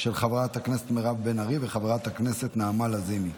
של חברת הכנסת מירב בן ארי ושל חברת הכנסת נעמה לזימי.